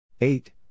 Eight